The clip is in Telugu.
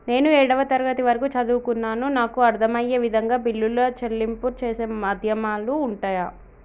నేను ఏడవ తరగతి వరకు చదువుకున్నాను నాకు అర్దం అయ్యే విధంగా బిల్లుల చెల్లింపు చేసే మాధ్యమాలు ఉంటయా?